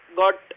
got